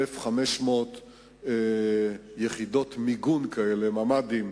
1,500 יחידות מיגון כאלה, ממ"דים,